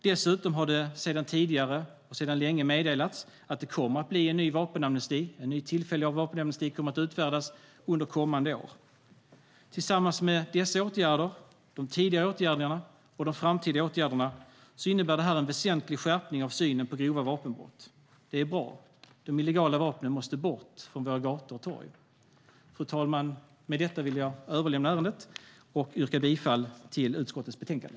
Dessutom har det sedan länge meddelats att det kommer att bli en ny tillfällig vapenamnesti under kommande år. Tillsammans med dessa åtgärder, tidigare åtgärder och framtida åtgärder innebär det en väsentlig skärpning av synen på grova vapenbrott. Det är bra. De illegala vapnen måste bort från gator och torg. Fru talman! Jag yrkar bifall till förslaget i utskottets betänkande.